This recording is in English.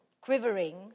quivering